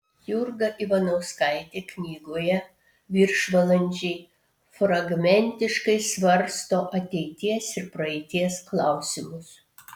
jurga ivanauskaitė knygoje viršvalandžiai fragmentiškai svarsto ateities ir praeities klausimus